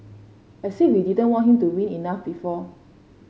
as if we didn't want him to win enough before